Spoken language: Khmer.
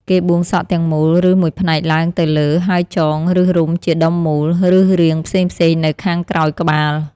គេបួងសក់ទាំងមូល ឬមួយផ្នែកឡើងទៅលើ ហើយចង ឬរុំជាដុំមូល ឬរាងផ្សេងៗនៅខាងក្រោយក្បាល។